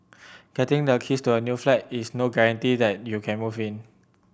getting the keys to a new flat is no guarantee that you can move in